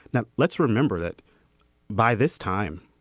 now let's remember that by this time